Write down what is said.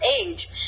age